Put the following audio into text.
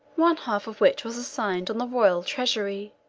one half of which was assigned on the royal treasury,